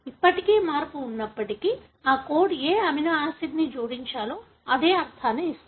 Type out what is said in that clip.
ఇప్పటికీ మార్పు ఉన్నప్పటికీ ఆ కోడ్ ఏ అమినో ఆసిడ్ను జోడించాలో అదే అర్థాన్ని ఇస్తుంది